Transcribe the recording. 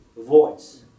voice